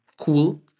cool